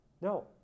No